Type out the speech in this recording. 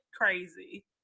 crazy